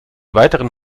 weiteren